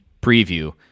preview